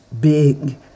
big